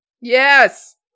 Yes